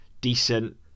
decent